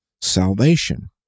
salvation